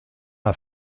m’a